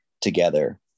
together